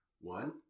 One